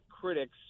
critics